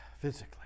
physically